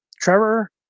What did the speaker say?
trevor